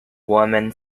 woman